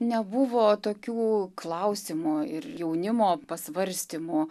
nebuvo tokių klausimo ir jaunimo pasvarstymo